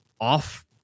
off